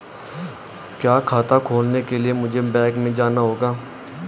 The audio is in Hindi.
क्या खाता खोलने के लिए मुझे बैंक में जाना होगा?